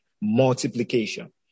multiplication